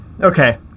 Okay